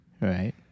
Right